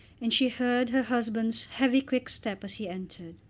and she heard her husband's heavy quick step as he entered.